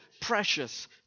precious